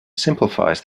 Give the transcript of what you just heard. simplifies